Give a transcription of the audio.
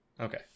Okay